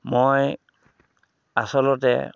মই আচলতে